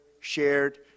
shared